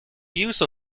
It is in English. use